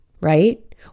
Right